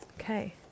Okay